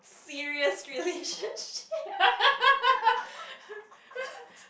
serious relationship